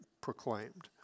proclaimed